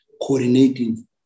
Coordinating